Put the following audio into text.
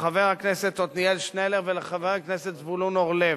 לחבר הכנסת עתניאל שנלר ולחבר הכנסת זבולון אורלב,